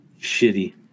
shitty